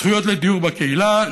זכויות לדיור בקהילה,